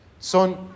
Son